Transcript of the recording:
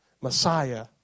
Messiah